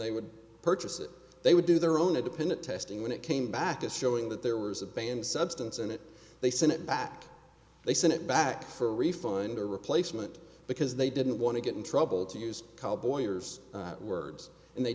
they would purchase it they would do their own independent testing when it came back to showing that there was a banned substance in it they sent it back they sent it back for a refund or replacement because they didn't want to get in trouble to use call boyer's words and they